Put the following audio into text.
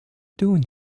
doing